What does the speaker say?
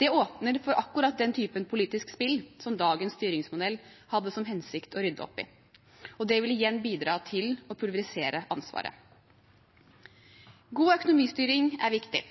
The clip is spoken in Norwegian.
Det åpner for akkurat den typen politisk spill som dagens styringsmodell hadde som hensikt å rydde opp i, og det vil igjen bidra til å pulverisere ansvaret. God økonomistyring er viktig.